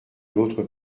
l’autre